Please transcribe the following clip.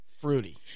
fruity